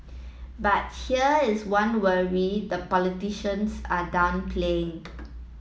but here is one worry the politicians are downplaying